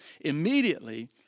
Immediately